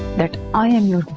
that i am your